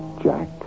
jack